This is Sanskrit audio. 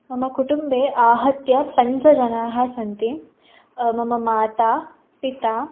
मम कुटुम्बे आहत्य पञ्चजनाः सन्ति मम माता पिता